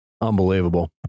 Unbelievable